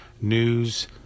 news